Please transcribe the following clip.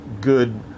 good